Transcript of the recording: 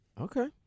Okay